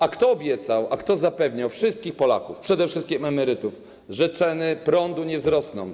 A kto obiecał, a kto zapewniał wszystkich Polaków, przede wszystkim emerytów, że ceny prądu nie wzrosną?